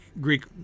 Greek